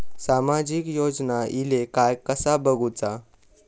सामाजिक योजना इले काय कसा बघुचा?